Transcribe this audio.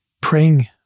praying